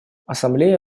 ассамблея